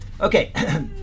Okay